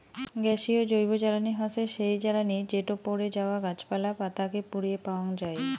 গ্যাসীয় জৈবজ্বালানী হসে সেই জ্বালানি যেটো পড়ে যাওয়া গাছপালা, পাতা কে পুড়িয়ে পাওয়াঙ যাই